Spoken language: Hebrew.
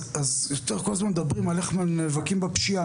אז יותר כל הזמן מדברים על איך נאבקים בפשיעה.